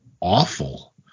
awful